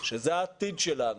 שזה העתיד שלנו,